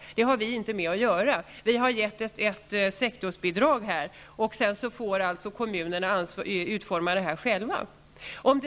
Hon säger att vi inte har med detta att göra, att vi har gett ett sektorsbidrag till skolan och att kommunerna sedan själva får fördela bidraget. Om det